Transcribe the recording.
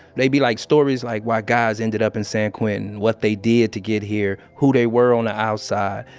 they be like stories like why guys ended up in san quentin, what they did to get here, who they were on the ah outside.